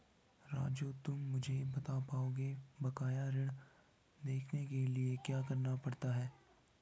राजू तुम मुझे बता पाओगे बकाया ऋण देखने के लिए क्या करना पड़ता है?